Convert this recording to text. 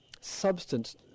substance